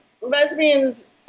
lesbians